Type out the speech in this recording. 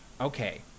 okay